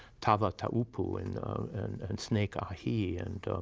tava taupu, and snake ah hee, and